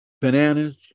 bananas